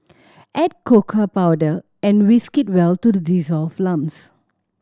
add cocoa powder and whisk well to the dissolve lumps